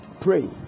pray